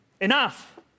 Enough